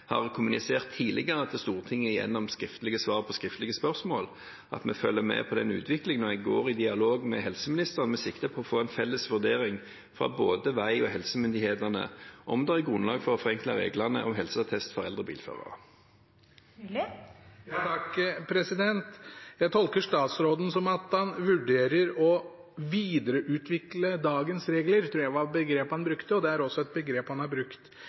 har tidligere kommunisert til Stortinget gjennom skriftlige svar på skriftlige spørsmål at vi følger med på utviklingen, og jeg går i dialog med helseministeren med sikte på å få en felles vurdering fra både vei- og helsemyndighetene om det er grunnlag for å forenkle reglene om helseattest for eldre bilførere. Jeg tolker statsråden som at han vurderer å videreutvikle dagens regler – det tror jeg var begrepet han brukte. Det er også et begrep han har brukt